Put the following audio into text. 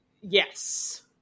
Yes